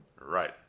right